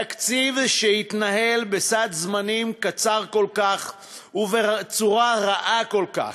תקציב שהתנהל בסד זמנים קצר כל כך ובצורה רעה כל כך,